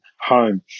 home